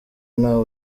nta